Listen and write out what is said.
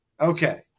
Okay